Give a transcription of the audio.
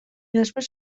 després